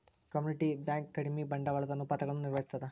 community bank ಕಡಿಮಿ ಬಂಡವಾಳದ ಅನುಪಾತಗಳನ್ನ ನಿರ್ವಹಿಸ್ತದ